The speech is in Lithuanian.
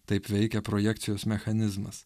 taip veikia projekcijos mechanizmas